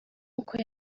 uko